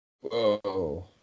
Whoa